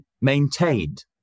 maintained